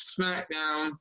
Smackdown